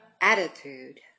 attitude